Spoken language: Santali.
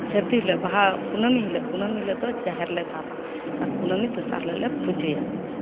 ᱥᱟᱹᱨᱫᱤ ᱦᱤᱞᱳᱜ ᱵᱟᱦᱟ ᱠᱩᱱᱟᱹᱢᱤ ᱦᱤᱞᱳᱜ ᱠᱩᱱᱟᱹᱢᱤ ᱦᱤᱞᱳᱜ ᱫᱚ ᱡᱟᱦᱮᱨ ᱞᱮ ᱫᱟᱵᱽᱼᱟ ᱟᱨ ᱠᱩᱱᱟᱹᱢᱤ ᱫᱚᱥᱟᱨ ᱦᱤᱞᱳᱜ ᱞᱮ ᱯᱩᱡᱟᱹᱭᱟ